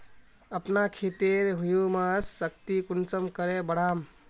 अपना खेतेर ह्यूमस शक्ति कुंसम करे बढ़ाम?